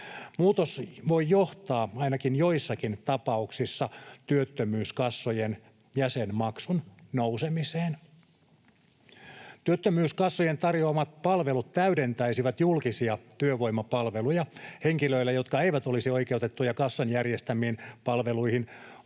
Muutos voi johtaa ainakin joissakin tapauksissa työttömyyskassojen jäsenmaksun nousemiseen. Työttömyyskassojen tarjoamat palvelut täydentäisivät julkisia työvoimapalveluja. Henkilöillä, jotka eivät olisi oikeutettuja kassan järjestämiin palveluihin,